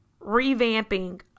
revamping